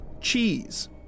cheese